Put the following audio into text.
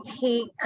take